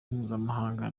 mpuzamahanga